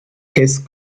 his